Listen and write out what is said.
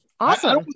Awesome